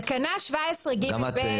תקנה 17ג(ב),